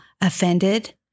offended